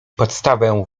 podstawę